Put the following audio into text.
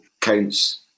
counts